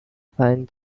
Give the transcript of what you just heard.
fine